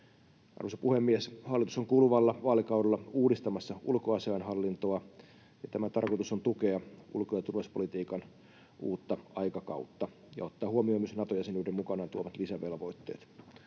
Arvoisa puhemies! Hallitus on kuluvalla vaalikaudella uudistamassa ulkoasiainhallintoa, ja tämän tarkoitus on tukea ulko- ja turvallisuuspolitiikan uutta aikakautta ja ottaa huomioon myös Nato-jäsenyyden mukanaan tuomat lisävelvoitteet.